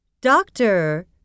doctor